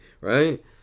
Right